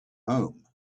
home